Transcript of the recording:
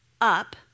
up